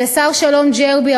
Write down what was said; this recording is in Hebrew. ולשר-שלום ג'רבי,